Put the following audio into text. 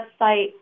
website